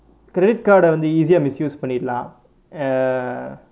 credit card டை வந்து:tai vanthu easy ah misuse பண்ணிரலாம்:panniralaam err